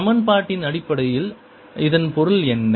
சமன்பாட்டின் அடிப்படையில் இதன் பொருள் என்ன